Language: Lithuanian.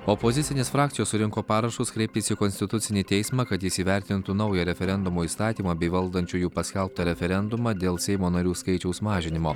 opozicinės frakcijos surinko parašus kreiptis į konstitucinį teismą kad jis įvertintų naują referendumo įstatymą bei valdančiųjų paskelbtą referendumą dėl seimo narių skaičiaus mažinimo